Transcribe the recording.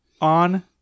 on